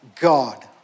God